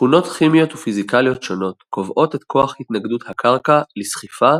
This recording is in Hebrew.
תכונות כימיות ופיזיקליות שונות קובעות את כוח התנגדות הקרקע לסחיפה